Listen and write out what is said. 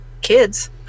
kids